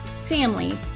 family